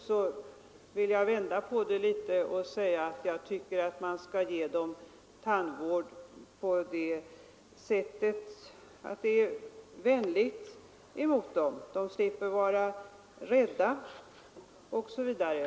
Däremot vill jag vända på det och säga, att jag tycker tandvård bör ges på sådant sätt att den är vänlig mot barnen så att de slipper vara rädda osv.